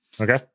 Okay